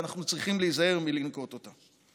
ואנחנו צריכים להיזהר מלנקוט אותה.